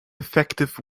effective